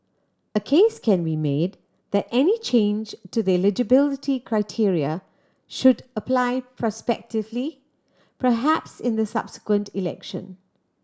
a case can be made that any change to the eligibility criteria should apply prospectively perhaps in the subsequent election